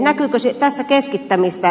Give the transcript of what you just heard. näkyykö tässä keskittämistä